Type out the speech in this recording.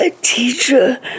teacher